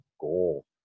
goal